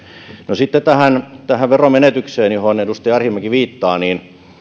no sitten tähän tähän veromenetykseen johon edustaja arhinmäki viittaa